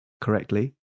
correctly